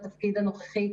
בתפקיד הנוכחי,